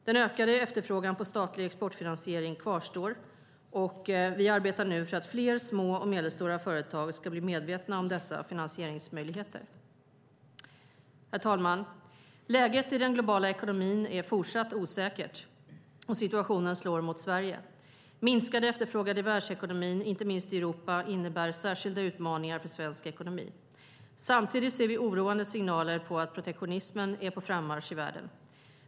Den ökade efterfrågan på statlig exportfinansiering kvarstår, och vi arbetar nu för att fler små och medelstora företag ska bli medvetna om dessa finansieringsmöjligheter. Herr talman! Läget i den globala ekonomin är fortsatt osäkert, och situationen slår mot Sverige. Minskad efterfrågan i världsekonomin, inte minst i Europa, innebär särskilda utmaningar för svensk ekonomi. Samtidigt ser vi oroande signaler på att protektionismen är på frammarsch i världen.